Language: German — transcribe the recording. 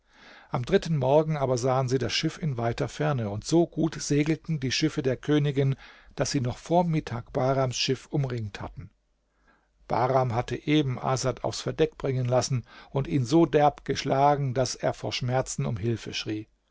am dritten morgen aber sahen sie das schiff in weiter ferne und so gut segelten die schiffe der königin daß sie noch vor mittag bahrams schiff umringt hatten bahram hatte eben asad aufs verdeck bringen lassen und ihn so derb geschlagen daß er vor schmerzen um hilfe schrie